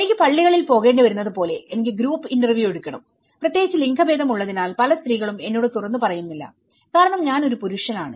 എനിക്ക് പള്ളികളിൽ പോകേണ്ടി വരുന്നതുപോലെ എനിക്ക് ഗ്രൂപ്പ് ഇന്റർവ്യൂ എടുക്കണം പ്രത്യേകിച്ച് ലിംഗഭേദം ഉള്ളതിനാൽ പല സ്ത്രീകളും എന്നോട് തുറന്നുപറയുന്നില്ല കാരണം ഞാൻ ഒരു പുരുഷനാണ്